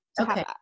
Okay